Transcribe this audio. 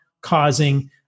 causing